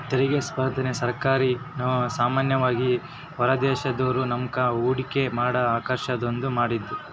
ತೆರಿಗೆ ಸ್ಪರ್ಧೆನ ಸರ್ಕಾರ ಸಾಮಾನ್ಯವಾಗಿ ಹೊರದೇಶದೋರು ನಮ್ತಾಕ ಹೂಡಿಕೆ ಮಾಡಕ ಆಕರ್ಷಿಸೋದ್ಕ ಮಾಡಿದ್ದು